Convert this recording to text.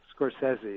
Scorsese